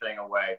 away